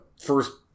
first